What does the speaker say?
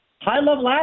High-level